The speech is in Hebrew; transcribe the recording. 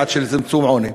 יעד של צמצום עוני.